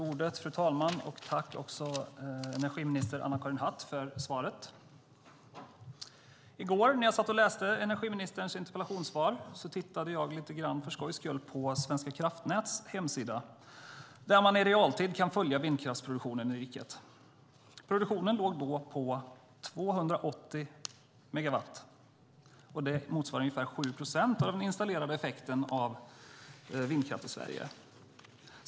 Fru talman! Tack för svaret, energiminister Anna-Karin Hatt! I går när jag läste energiministerns interpellationssvar tittade jag för skojs skull lite grann på Svenska kraftnäts hemsida. Där kan man i realtid följa vindkraftsproduktionen i riket. Produktionen låg då på 280 megawatt. Det motsvarar ungefär 7 procent av den installerade effekten av vindkraft i Sverige.